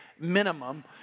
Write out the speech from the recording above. minimum